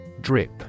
Drip